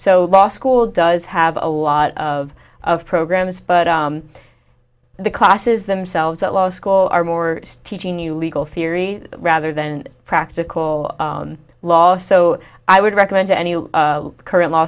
so law school does have a lot of of programs but the classes themselves that law school are more teaching you legal theory rather than practical law so i would recommend to any current law